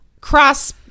Cross